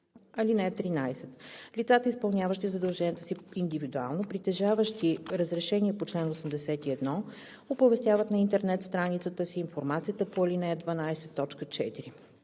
ал. 1. (13) Лицата, изпълняващи задълженията си индивидуално, притежаващи разрешение по чл. 81, оповестяват на интернет страницата си информацията по ал. 12,